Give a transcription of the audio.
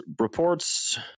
reports